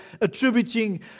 attributing